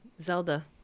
Zelda